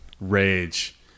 rage